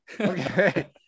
Okay